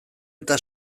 eta